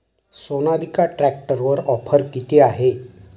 सोनालिका ट्रॅक्टरवर ऑफर किती आहे?